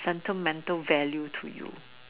sentimental value to you